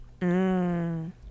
Mmm